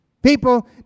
People